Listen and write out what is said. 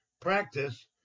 practice